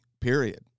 Period